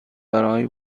برای